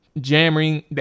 jamming